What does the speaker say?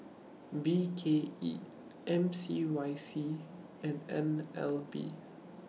B K E M C Y C and N L B